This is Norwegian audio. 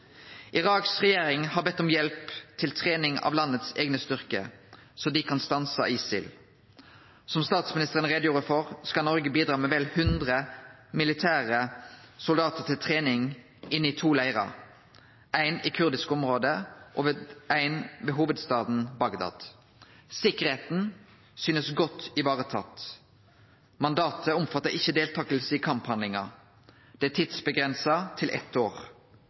har bede om hjelp til trening av landet sine eigne styrkar, så dei kan stanse ISIL. Som statsministeren gjorde greie for, skal Noreg bidra med vel hundre militære soldatar til trening inne i to leirar, éin i kurdisk område og éin ved hovudstaden, Bagdad. Sikkerheita synest å vere godt vareteken. Mandatet omfattar ikkje deltaking i kamphandlingar. Det er tidsavgrensa til eitt år.